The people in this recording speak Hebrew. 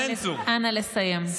אנא לסיים.